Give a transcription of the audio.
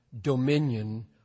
Dominion